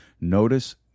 Notice